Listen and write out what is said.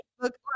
look